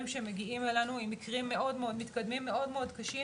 שמגיעים אלינו עם מקרים מאוד מאוד מתקדמים ומאוד מאוד קשים,